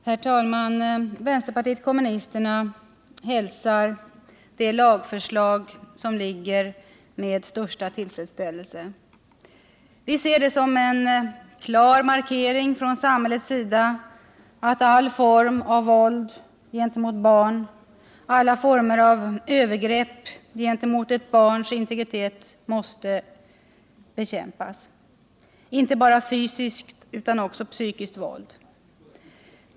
Herr talman! Vänsterpartiet kommunisterna hälsar det föreliggande lagförslaget med största tillfredsställelse. Vi ser det som en klar markering från samhällets sida att all form av våld gentemot barn och alla former av övergrepp gentemot barns integritet måste bekämpas. Det gäller inte bara fysiskt utan också psykiskt våld.